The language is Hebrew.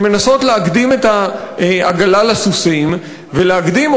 שמנסות להקדים את העגלה לסוסים ולהקדים,